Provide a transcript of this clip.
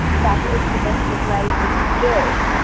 that is the best advice we can give.